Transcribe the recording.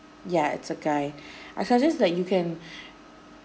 yeah it's a guy I suggest like you can